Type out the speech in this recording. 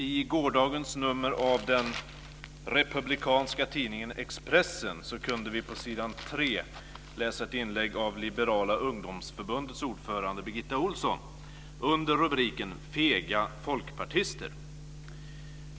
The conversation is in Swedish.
I gårdagens nummer av den republikanska tidningen Expressen kunde vi på s. 3 läsa ett inlägg av det liberala ungdomsförbundets ordförande Birgitta Ohlsson under rubriken "Fega folkpartister!"